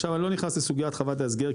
עכשיו אני לא נכנס לסוגיית חוות ההסגר,